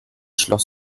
schloss